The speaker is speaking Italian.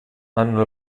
hanno